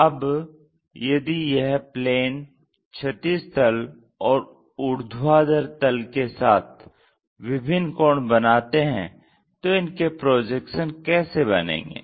अब यदि यह प्लेन क्षैतिज तल और ऊर्ध्वाधर तल के साथ विभिन्न कोण बनाते हैं तो इनके प्रोजेक्शन कैसे बनेंगे